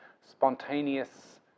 spontaneous